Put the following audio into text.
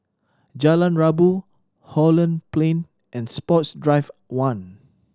Jalan Rabu Holland Plain and Sports Drive One